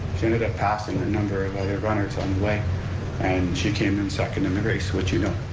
she ended up passing a number of other runners on the way and she came in second in the race, which you know.